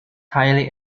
highly